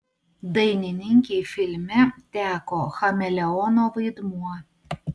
dainininkei filme teko chameleono vaidmuo